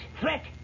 threat